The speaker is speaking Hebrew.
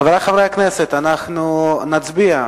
חברי חברי הכנסת, אנחנו נצביע.